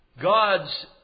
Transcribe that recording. God's